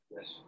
yes